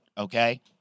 Okay